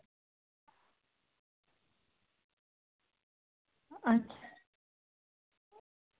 अच्छा